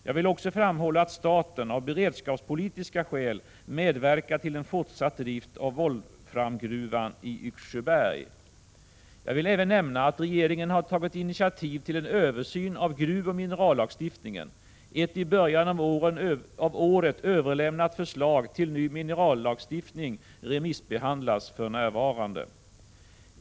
Jag vill också framhålla att staten av beredskapspolitiska skäl medverkar till en fortsatt drift av volframgruvan i Yxsjöberg. Jag vill även nämna att regeringen har tagit initiativ till en översyn av gruvoch minerallagstiftningen. Ett i början av året överlämnat förslag till ny minerallagstiftning remissbehandlas för närvarande.